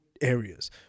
areas